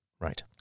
Right